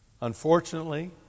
Unfortunately